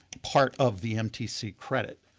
part of the mtc credit.